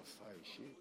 הוא הכחיש את